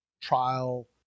trial